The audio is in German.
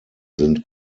sind